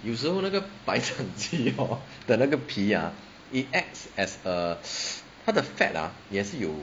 有时候那个白斩鸡 hor 的那个皮 ah it acts as a 他的 fat ah 也是有